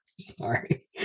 sorry